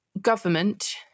government